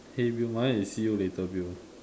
hill view mine is see you later view